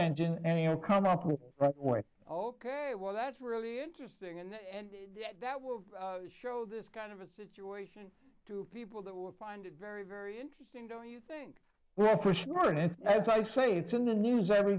engine and here come up with oh ok well that's really interesting and that will show this kind of a situation to people that will find it very very interesting don't you think well for sure as i say it's in the news every